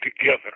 together